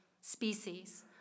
species